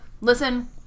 listen